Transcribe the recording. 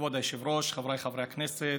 כבוד היושב-ראש, חבריי חברי הכנסת,